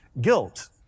guilt